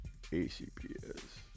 ACPS